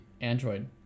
Android